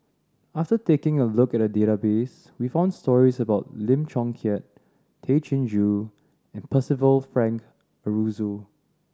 after taking a look at the database we found stories about Lim Chong Keat Tay Chin Joo and Percival Frank Aroozoo